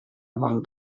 among